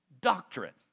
doctrine